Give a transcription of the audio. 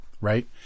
Right